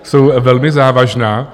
Jsou velmi závažná.